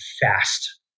fast